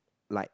like